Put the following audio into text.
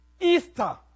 Easter